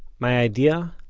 my idea?